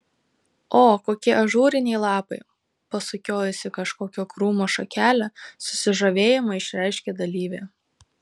o kokie ažūriniai lapai pasukiojusi kažkokio krūmo šakelę susižavėjimą išreiškė dalyvė